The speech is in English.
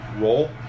Roll